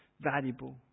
valuable